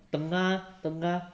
tengah tengah